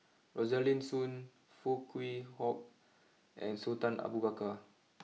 Rosaline Soon Foo Kwee Horng and Sultan Abu Bakar